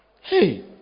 Hey